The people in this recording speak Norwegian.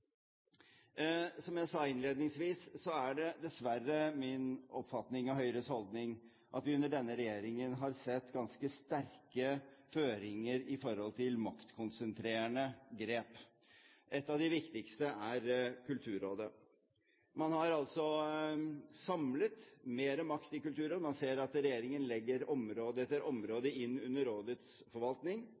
Som jeg sa innledningsvis, er det min oppfatning og Høyres holdning at vi under denne regjeringen dessverre har sett ganske sterke føringer når det gjelder maktkonsentrerende grep. Et av de viktigste er Kulturrådet. Man har altså samlet mer makt i Kulturrådet, man ser at regjeringen legger område etter område inn under rådets forvaltning.